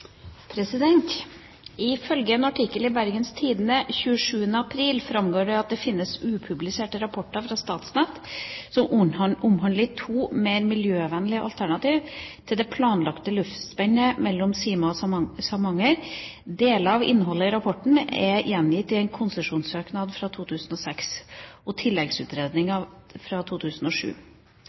at det skal finnes upubliserte rapporter fra Statnett som omhandler to mer miljøvennlige alternativer til det planlagte luftspennet mellom Sima og Samnanger. Deler av innholdet i rapportene er gjengitt i konsesjonssøknaden fra 2006 og tilleggsutredningen fra 2007.